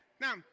Now